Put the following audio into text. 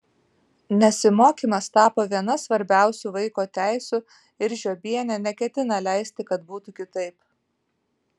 nesimokymas tapo viena svarbiausių vaiko teisių ir žiobienė neketina leisti kad būtų kitaip